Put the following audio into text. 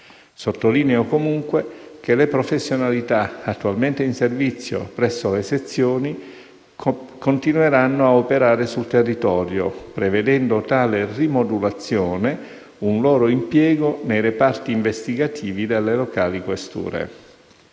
Sottolineo, comunque, che le professionalità attualmente in servizio presso le sezioni continueranno a operare sul territorio, prevedendo tale rimodulazione un loro impiego nei reparti investigativi delle locali questure.